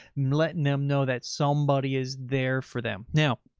letting them know that somebody is there for them now.